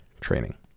training